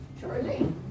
Charlie